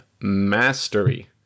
mastery